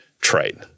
trade